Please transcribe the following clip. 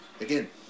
Again